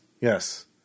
yes